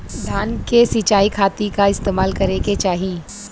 धान के सिंचाई खाती का इस्तेमाल करे के चाही?